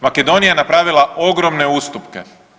Makedonija je napravila ogromne ustupke.